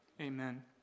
Amen